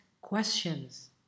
questions